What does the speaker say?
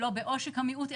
לא בעושק המיעוט,